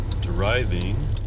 Deriving